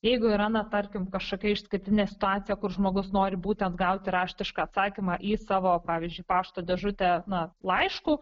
jeigu yra na tarkim kažkokia išskirtinė situacija kur žmogus nori būtent gauti raštišką atsakymą į savo pavyzdžiui pašto dėžutę na laišku